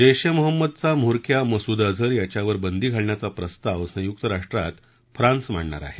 जैश ए महम्मदचा म्होरक्या मसूद अझहर याच्यावर बंदी घालण्याचा प्रस्ताव संयुक्त राष्ट्रात फ्रान्स मांडणार आहे